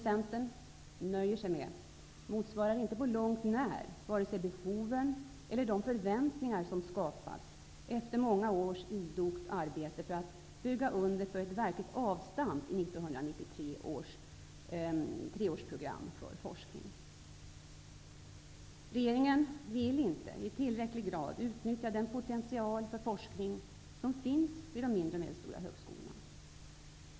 Centern, nöjer sig med motsvarar inte på långt när vare sig behoven eller de förväntningar som skapats efter många års idogt arbete för att bygga under för ett verkligt avstamp i 1993 års treårsprogram för forskning. Regeringen vill inte i tillräcklig grad utnyttja den potential för forskning som finns vid de mindre och medelstora högskolorna.